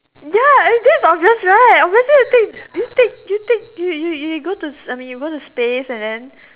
ya it's damn obvious right obviously you take you take you take you you you I mean you go to space and then